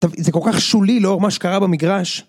טוב, זה כל כך שולי לאור מה שקרה במגרש.